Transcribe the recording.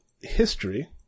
history